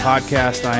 Podcast